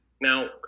Now